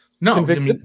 No